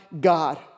God